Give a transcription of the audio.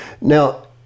now